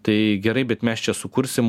tai gerai bet mes čia sukursim